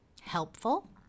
helpful